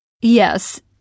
Yes